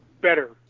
better